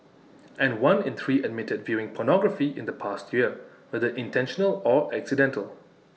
and one in three admitted viewing pornography in the past year whether intentional or accidental